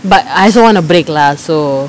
but I also want a break lah so